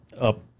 up